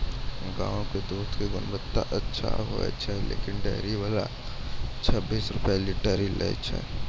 गांव के दूध के गुणवत्ता अच्छा होय या लेकिन डेयरी वाला छब्बीस रुपिया लीटर ही लेय छै?